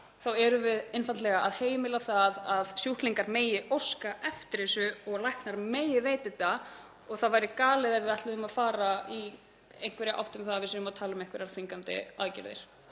þá erum við einfaldlega að heimila það að sjúklingar megi óska eftir þessu og læknar megi veita aðstoð og það væri galið ef við ætluðum að fara í einhverja þá átt að tala um einhverjar þvingandi aðgerðir.